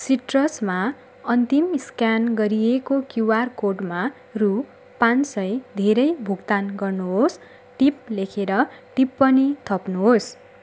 सिट्रसमा अन्तिम स्क्यान गरिएको क्यूआर कोडमा रु पाँच सय धेरै भुक्तान गर्नुहोस् टिप लेखेर टिप्पणी थप्नुहोस्